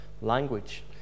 language